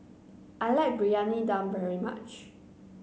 I like Briyani Dum very much